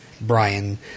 Brian